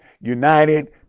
united